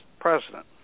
president